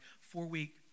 four-week